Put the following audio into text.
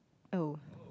oh